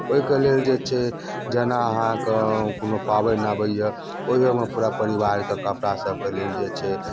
ओहिके लेल जे छै जेना अहाँके कोनो पाबनि आबैए ओहियोमे पूरा परिवारके कपड़ा सभके लेल जे छै